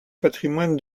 patrimoine